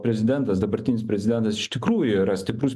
prezidentas dabartinis prezidentas iš tikrųjų yra stiprus